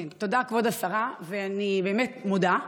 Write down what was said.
תודה, כבוד השרה, ואני באמת מודה.